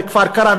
בכפר-קרע,